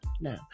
No